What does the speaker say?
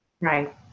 Right